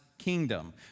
Kingdom